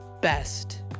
best